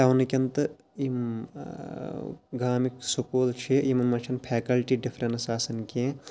ٹاونکٮ۪ن تہٕ یِم گامٕکۍ سکوٗل چھِ یِمَن مَنٛز چھَنہٕ پھیکَلٹی ڈِفرنٕس آسان کینٛہہ